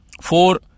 four